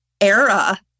era